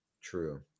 True